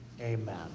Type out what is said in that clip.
amen